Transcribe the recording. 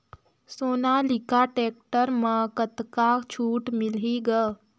Sonalika tractor म कतका छूट मिलही ग?